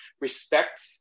respect